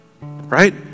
right